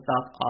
stop